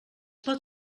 pot